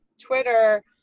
Twitter